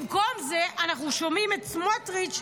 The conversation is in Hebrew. במקום זה אנחנו שומעים את סמוטריץ'